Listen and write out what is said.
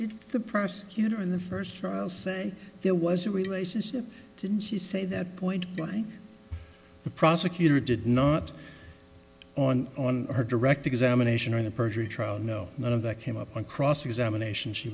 did the prosecutor in the first trial say there was a relationship didn't she say that point blank the prosecutor did not on on her direct examination or in the perjury trial no none of that came up on cross examination she